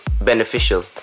beneficial